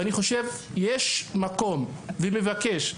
אני חושב שיש מקום ואני מבקש,